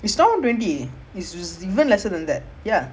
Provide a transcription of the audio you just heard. like ten percent like then percent